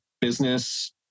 business